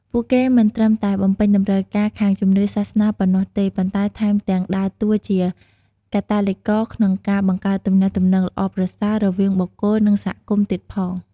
ពួកគេមិនត្រឹមតែបំពេញតម្រូវការខាងជំនឿសាសនាប៉ុណ្ណោះទេ ប៉ុន្តែថែមទាំងដើរតួជាកាតាលីករក្នុងការ បង្កើតទំនាក់ទំនងល្អប្រសើរ រវាងបុគ្គល និងសហគមន៍ទៀតផង។